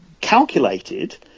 calculated